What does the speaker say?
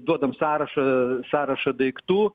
duodam sąrašą sąrašą daiktų